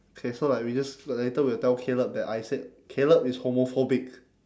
okay so like we just l~ later we'll tell caleb that I said caleb is homophobic